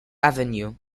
avenue